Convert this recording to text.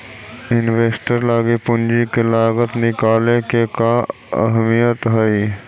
Investor लागी पूंजी के लागत निकाले के का अहमियत हई?